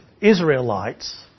Israelites